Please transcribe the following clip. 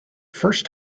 first